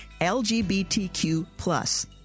LGBTQ+